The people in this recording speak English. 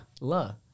La